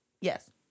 yes